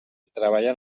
treballen